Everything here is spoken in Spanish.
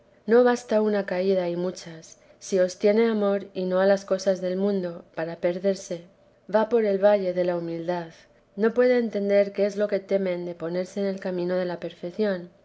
no basta una caída y muchas si os tiene aniur y no a las cosas del mundo para perderse va por el valle de la humildad no puedo entender qué es lo que temen de ponerse en el camino de la perfeción